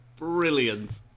brilliant